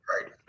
right